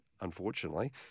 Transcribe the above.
unfortunately